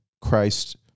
Christ